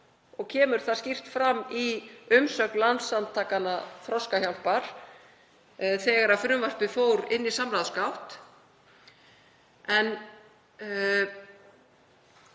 Það kom skýrt fram í umsögn Landssamtakanna Þroskahjálpar þegar frumvarpið fór inn í samráðsgátt en